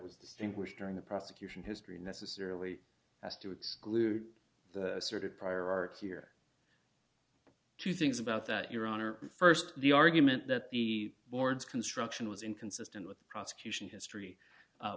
was distinguished during the prosecution history necessarily has to exclude the sort of prior art here two things about that your honor st the argument that the board's construction was inconsistent with the prosecution history